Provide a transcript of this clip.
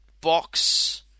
box